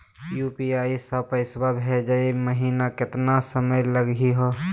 UPI स पैसवा भेजै महिना केतना समय लगही हो?